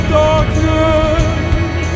darkness